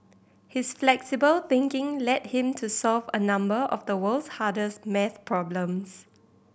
his flexible thinking led him to solve a number of the world's hardest maths problems